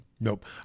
nope